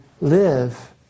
live